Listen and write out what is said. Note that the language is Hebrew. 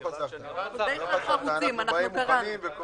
לא חסכת, אנחנו קוראים ובאים מוכנים.